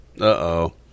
Uh-oh